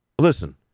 listen